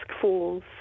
falls